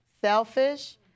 Selfish